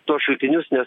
tuos šaltinius nes